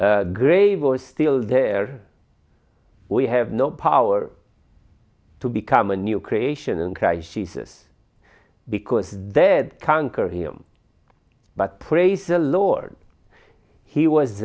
is grave or still there we have no power to become a new creation in christ jesus because dead conquer him but praise the lord he was